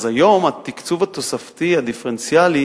אז היום התקצוב התוספתי הדיפרנציאלי